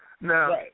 Now